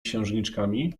księżniczkami